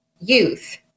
youth